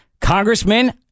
Congressman